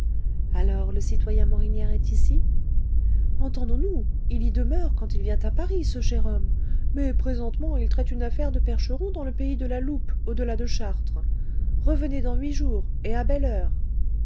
alors le citoyen morinière est ici entendons-nous il y demeure quand il vient à paris ce cher homme mais présentement il traite une affaire de percherons dans le pays de la loupe au-delà de chartres revenez dans huit jours et à belle heure